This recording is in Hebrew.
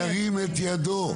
ירים את ידו.